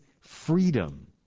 freedom